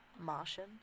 Martian